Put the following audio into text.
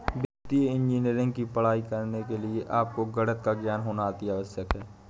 वित्तीय इंजीनियरिंग की पढ़ाई करने के लिए आपको गणित का ज्ञान होना अति आवश्यक है